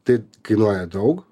tai kainuoja daug